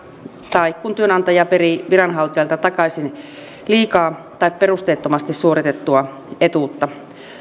tai kun työnantaja perii viranhaltijalta takaisin liikaa tai perusteettomasti suoritettua etuutta